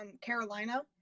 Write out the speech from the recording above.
Carolina